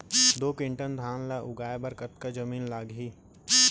दो क्विंटल धान ला उगाए बर कतका जमीन लागही?